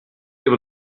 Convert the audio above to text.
able